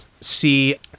see